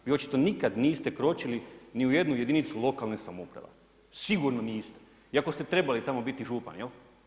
Vi očito nikada niste kročili ni u jednu jedinicu lokalne samouprave, sigurno niste iako ste trebali tamo biti župan, je li?